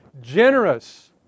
generous